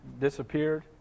disappeared